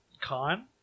Con